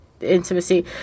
intimacy